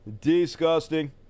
disgusting